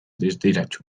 distiratsu